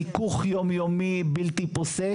חיכוך יום יומי בלתי פוסק.